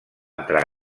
entrar